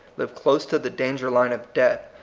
live close to the danger-line of debt,